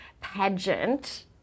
pageant